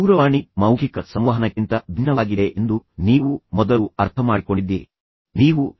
ದೂರವಾಣಿ ಮೌಖಿಕ ಸಂವಹನಕ್ಕಿಂತ ಭಿನ್ನವಾಗಿದೆ ಎಂದು ನೀವು ಮೊದಲು ಅರ್ಥಮಾಡಿಕೊಂಡಿದ್ದೀರಿ ಅಂದರೆ ವ್ಯಕ್ತಿಯಿಂದ ವ್ಯಕ್ತಿಗೆ ಅಥವಾ ಮುಖಾಮುಖಿ